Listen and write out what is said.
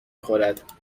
خورد